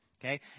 Okay